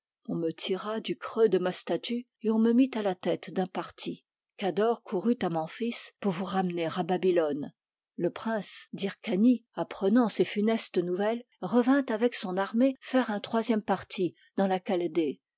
on me tira du creux de ma statue et on me mit à la tête d'un parti cador courut à memphis pour vous ramener à babylone le prince d'hyrcanie apprenant ces funestes nouvelles revint avec son armée faire un troisième parti dans la